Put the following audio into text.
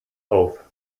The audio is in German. auf